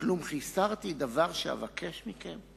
כלום חיסרתי דבר שאבקש מכם?